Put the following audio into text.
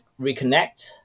reconnect